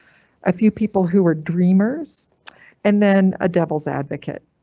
a few people who are dreamers and then a devil's advocate.